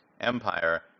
empire